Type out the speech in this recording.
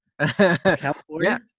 California